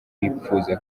bipfuza